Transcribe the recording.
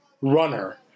runner